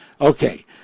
Okay